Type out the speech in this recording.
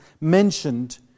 mentioned